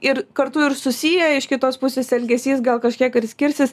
ir kartu ir susiję iš kitos pusės elgesys gal kažkiek ir skirsis